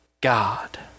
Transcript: God